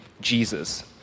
Jesus